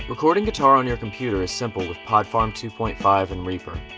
recording guitar on your computer is simple with pod farm two point five and reaper.